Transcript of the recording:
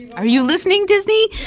are you listening disney?